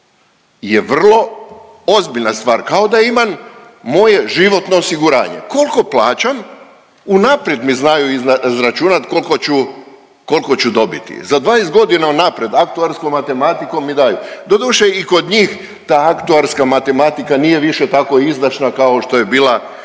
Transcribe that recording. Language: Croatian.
je vrlo ozbiljna stvar kao da imam moje životno osiguranje, kolko plaćam unaprijed mi znaju izračunat kolko ću dobiti. Za 20 godina unaprijed aktuarskom matematikom mi daj doduše i kod njih ta aktuarska matematika nije više tako izdašna kao što je bila pred